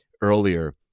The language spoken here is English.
earlier